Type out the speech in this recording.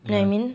ya